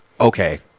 Okay